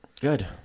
Good